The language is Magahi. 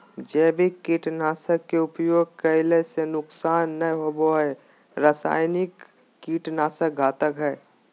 जैविक कीट नाशक के उपयोग कैला से नुकसान नै होवई हई रसायनिक कीट नाशक घातक हई